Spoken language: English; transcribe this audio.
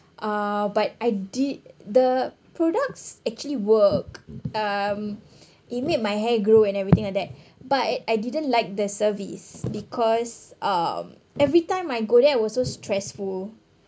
uh but I did the products actually work um it made my hair grow and everything like that but I didn't like the service because um every time I go there I was so stressful